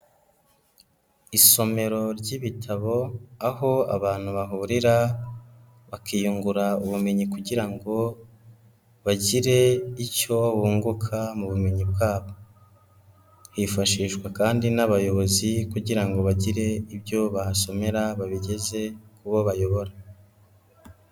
Isomero ry'ibitabo aho abantu bahurira bakiyungura ubumenyi kugira ngo bagire icyo bunguka mu bumenyi bwabo, hifashishwa kandi n'abayobozi kugira ngo bagire ibyo bahasomera babigeze ku bo bayobora.